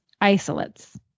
isolates